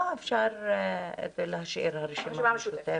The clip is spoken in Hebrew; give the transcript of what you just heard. אפשר להשאיר הרשימה המשותפת.